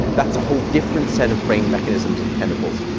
that's a whole different set of brain mechanisms and chemicals.